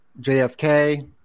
JFK